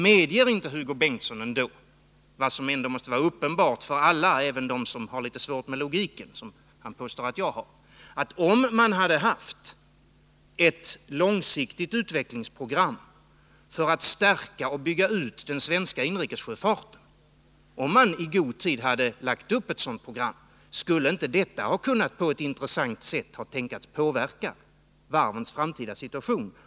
Medger inte Hugo Bengtsson vad som måste vara uppenbart för alla, även för dem som har litet svårt med logiken, vilket Hugo Bengtsson påstod att jag har, att, om man hade haft ett långsiktigt utvecklingsprogram för att stärka och bygga ut den svenska inrikessjöfarten, om man i god tid hade lagt upp ett sådant program, detta på ett intressant sätt kunde tänkas ha påverkat varvens framtida situation?